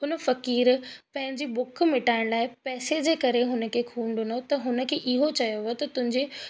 हुन फ़क़ीरु पंहिंजी भुखु मिटाइण लाइ पैसे जे करे हुन खे ख़ूनु ॾिनो त हुन खे इहो चयो वयो त तुंहिंजे